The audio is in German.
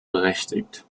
berechtigt